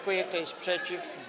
Kto jest przeciw?